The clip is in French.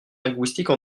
linguistique